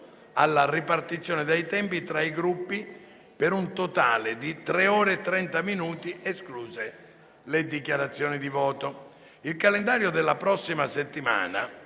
alla ripartizione dei tempi tra i Gruppi per un totale di tre ore e trenta minuti escluse le dichiarazioni di voto. Il calendario della prossima settimana,